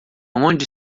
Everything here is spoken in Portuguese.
onde